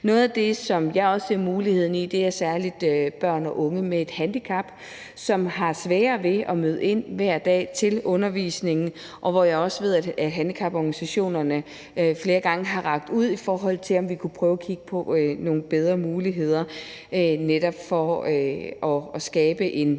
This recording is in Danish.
Noget af det, som jeg også ser muligheder i, er særlig børn og unge med et handicap, som har sværere ved at møde ind hver dag til undervisning, og hvor jeg også ved, at handicaporganisationerne flere gange har rakt ud, i forhold til om vi kunne prøve at kigge på nogle bedre muligheder netop for at skabe en